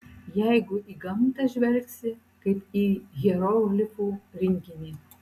jeigu į gamtą žvelgsi kaip į hieroglifų rinkinį